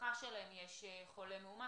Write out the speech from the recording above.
שבמשפחה שלהם יש חולה מאומת.